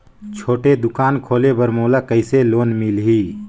छोटे दुकान खोले बर मोला कइसे लोन मिलही?